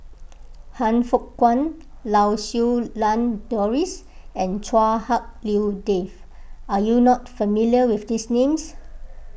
Han Fook Kwang Lau Siew Lang Doris and Chua Hak Lien Dave are you not familiar with these names